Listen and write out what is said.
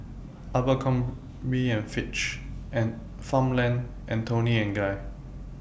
Abercrombie and Fitch Farmland and Toni and Guy